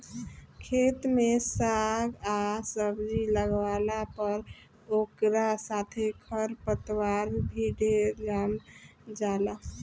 खेत में साग आ सब्जी लागावला पर ओकरा साथे खर पतवार भी ढेरे जाम जाला